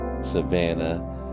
Savannah